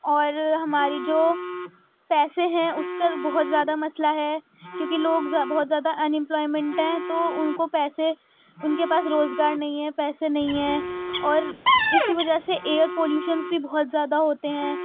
اور ہماری جو پیسے ہیں اس کا بہت زیادہ مسئلہ ہے کیوںکہ لوگ بہت زیادہ ان امپلائمینٹ ہیں تو ان کو پیسے ان کے پاس روزگار نہیں ہے پیسے نہیں ہیں اور اسی وجہ سے ایئر پولیوشنس بھی بہت زیادہ ہوتے ہیں